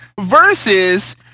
versus